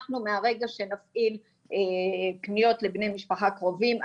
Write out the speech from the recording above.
אנחנו מרגע שנפעיל פניות לבני משפחה קרובים,